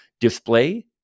display